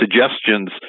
suggestions